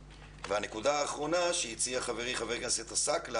נקודה אחרונה, שהציע חברי חבר הכנסת עסאקלה